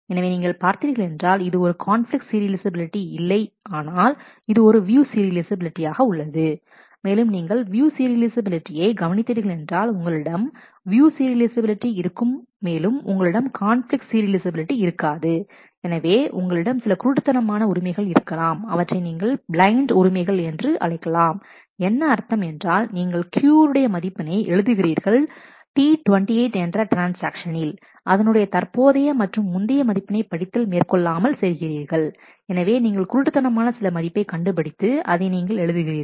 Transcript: எனவே நீங்கள் பார்த்தீர்கள் என்றால் இது ஒரு கான்பிலிக்ட் சீரியலைஃசபிலிட்டி இல்லை ஆனால் இது ஒரு வியூ சீரியலைஃசபிலிட்டி ஆக உள்ளது மேலும் நீங்கள் வியூ சீரியலைஃசபிலிட்டியை கவனித்தீர்கள் என்றால் உங்களிடம் வியூ சீரியலைஃசபிலிட்டி இருக்கும் மேலும் உங்களிடம் கான்பிலிக்ட் சீரியலைஃசபிலிட்டி இருக்காது எனவே உங்களிடம் சில குருட்டுத்தனமான உரிமைகள் இருக்கலாம் அவற்றை நீங்கள் பிளையன்ட் உரிமைகள் என்று அழைக்கலாம் என்ன அர்த்தம் என்றால் நீங்கள் Q உடைய மதிப்பினை எழுதுகிறீர்கள் T28 என்ற ட்ரான்ஸ்ஆக்ஷனில் அதனுடைய தற்போதைய மற்றும் முந்தைய மதிப்பினை படித்தல் மேற்கொள்ளாமல் செய்கிறீர்கள் எனவே நீங்கள் குருட்டுத்தனமாக சில மதிப்பை கண்டுபிடித்து அதை நீங்கள் எழுதுகிறீர்கள்